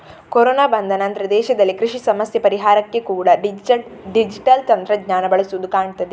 corona ಬಂದ ನಂತ್ರ ದೇಶದಲ್ಲಿ ಕೃಷಿ ಸಮಸ್ಯೆ ಪರಿಹಾರಕ್ಕೆ ಕೂಡಾ ಡಿಜಿಟಲ್ ತಂತ್ರಜ್ಞಾನ ಬಳಸುದು ಕಾಣ್ತದೆ